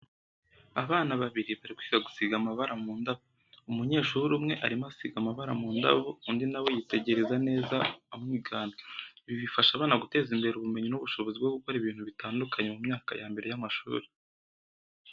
Abana babiri bari kwiga gusiga amabara mu ndabo. Umunyeshuri umwe arimo asiga amabara mu ndabo, undi na we yitegereza neza amwigana. Ibi bifasha abana guteza imbere ubumenyi n'ubushobozi bwo gukora ibintu bitandukanye mu myaka ya mbere y'amashuri.